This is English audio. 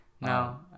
No